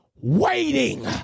waiting